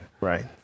Right